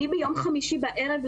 ביום חמישי בערב,